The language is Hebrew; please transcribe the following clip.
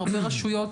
עובדי הרשויות,